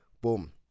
boom